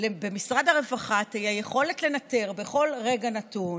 למשרד הרווחה תהיה היכולת לנטר בכל רגע נתון